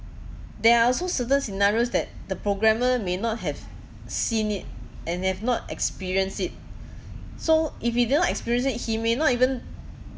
there are also certain scenarios that the programmer may not have seen it and have not experienced it so if he did not experience it he may not even